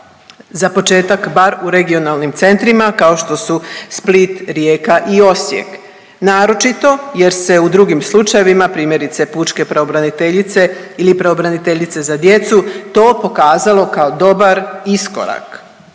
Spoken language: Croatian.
za početak bar u regionalnim centrima kao što su Split, Rijeka i Osijek, naročito jer se u drugim slučajevima primjerice Pučke pravobraniteljice ili Pravobraniteljice za djecu to pokazalo kao dobar iskorak.